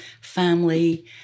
family